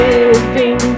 Living